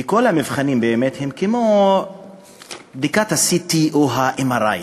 וכל המבחנים, באמת, הם כמו בדיקת CT, או MRI,